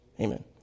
amen